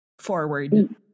forward